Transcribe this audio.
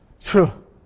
True